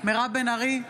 מירב בן ארי,